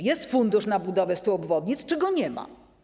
Jest fundusz na budowę 100 obwodnic czy go nie ma?